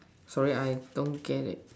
sorry I don't get it